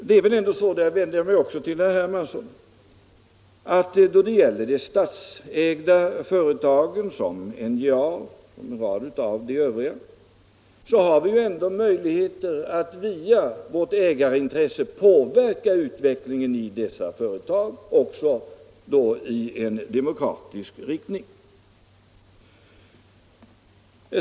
Det är väl ändå så — och där vänder jag mig också till herr Hermansson — att då det gäller de statsägda företagen såsom NJA och en rad andra har vi möjligheter att via vårt ägarintresse påverka utvecklingen och då också i demokratisk riktning.